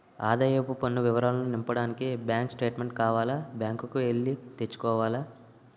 ఆదాయపు పన్ను వివరాలు నింపడానికి బ్యాంకు స్టేట్మెంటు కావాల బ్యాంకు కి ఎల్లి తెచ్చుకోవాల